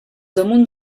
damunt